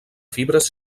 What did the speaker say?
fibres